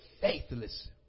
faithless